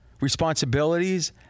responsibilities